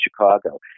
Chicago